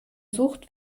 sucht